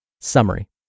Summary